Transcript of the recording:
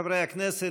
חברי הכנסת,